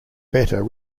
better